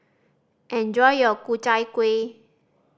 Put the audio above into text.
enjoy your Ku Chai Kuih